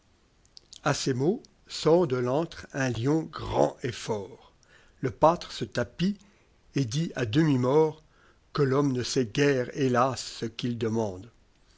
a ces mots sort de l'autre un lion grand et fort le pâtre se tapit et dit à demi mort que l'homme ne sait guère hélas ce qu'il demande